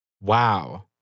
Wow